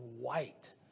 white